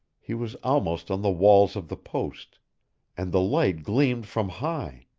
he was almost on the walls of the post and the light gleamed from high,